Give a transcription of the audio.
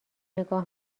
نگاه